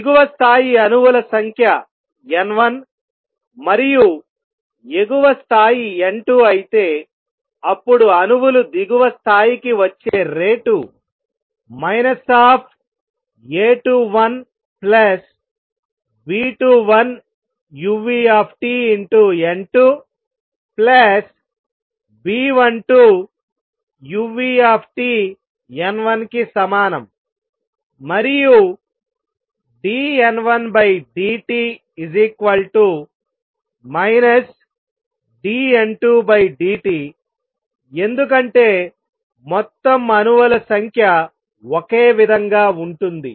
దిగువ స్థాయి అణువుల సంఖ్య N1 మరియు ఎగువ స్థాయి N2 అయితే అప్పుడు అణువులు దిగువ స్థాయికి వచ్చే రేటు A21B21uTN2B12uTN1 కి సమానం మరియు dN1dt dN2dtఎందుకంటే మొత్తం అణువుల సంఖ్య ఒకే విధంగా ఉంటుంది